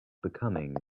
becoming